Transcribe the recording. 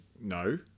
no